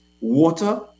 Water